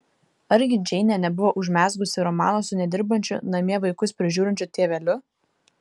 argi džeinė nebuvo užmezgusi romano su nedirbančiu namie vaikus prižiūrinčiu tėveliu